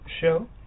show